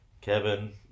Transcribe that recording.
Kevin